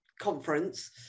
conference